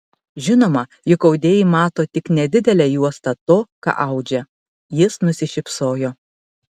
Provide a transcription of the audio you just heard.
žinoma juk audėjai mato tik nedidelę juostą to ką audžia jis nusišypsojo